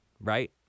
right